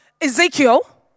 Ezekiel